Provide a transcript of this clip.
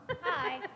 Hi